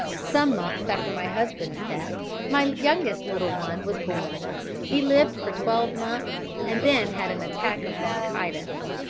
some months after my husband's death my youngest little one was born he lived for twelve months, and then had an attack of bronchitis.